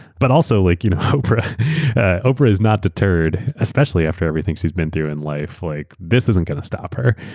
but also, like you know oprah ah oprah is not deterred, especially after everything she's been through in life. like this isn't going to stop her.